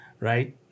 right